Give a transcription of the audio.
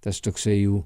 tas toksai jų